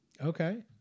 Okay